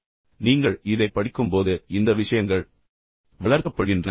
எனவே நீங்கள் இதைப் படிக்கும்போது இந்த விஷயங்கள் வளர்க்கப்படுகின்றன